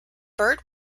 burt